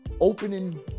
opening